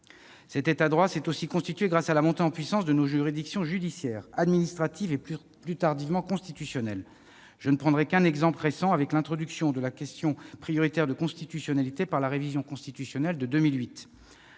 Cet État de droit s'est aussi constitué grâce à la montée en puissance de nos juridictions judiciaire, administrative et, plus tardivement, constitutionnelle. Je ne prendrai qu'un exemple récent, avec l'introduction dans la Constitution de la question prioritaire de constitutionnalité par la révision constitutionnelle de 2008.